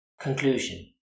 Conclusion